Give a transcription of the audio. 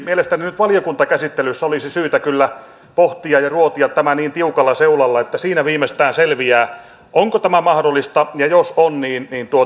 mielestäni nyt valiokuntakäsittelyssä olisi syytä kyllä pohtia ja ruotia tämä niin tiukalla seulalla että siinä viimeistään selviää onko tämä mahdollista ja jos on niin niin